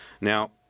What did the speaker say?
Now